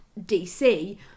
DC